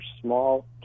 small